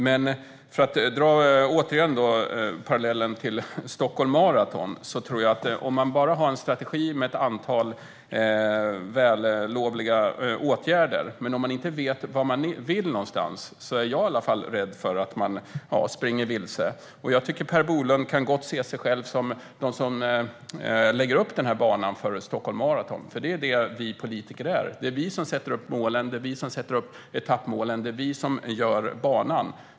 Men för att återigen dra parallellen till Stockholm Marathon: Om man har en strategi med ett antal vällovliga åtgärder men inte vet vart man vill någonstans är jag rädd för att man springer vilse. Per Bolund kan gott se sig själv som den som lägger upp banan för Stockholm Marathon, för det är vad vi politiker är. Det är vi som sätter upp målen och etappmålen. Det är vi som gör banan.